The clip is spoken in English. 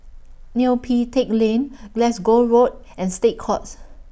Neo Pee Teck Lane Glasgow Road and State Courts